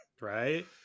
right